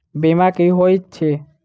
बीमा की होइत छी?